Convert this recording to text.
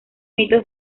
mito